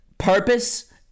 purpose